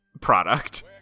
product